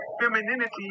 femininity